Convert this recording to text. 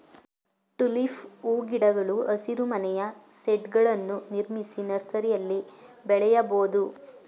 tulip ಹೂಗಿಡಗಳು ಹಸಿರುಮನೆಯ ಶೇಡ್ಗಳನ್ನು ನಿರ್ಮಿಸಿ ನರ್ಸರಿಯಲ್ಲಿ ಬೆಳೆಯಬೋದು